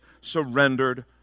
surrendered